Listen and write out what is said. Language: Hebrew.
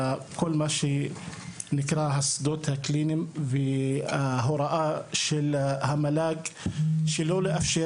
כל מה שנקרא שדות קליניים וההוראה של המל"ג שלא לאשר